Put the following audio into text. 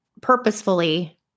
purposefully